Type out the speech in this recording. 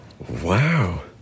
Wow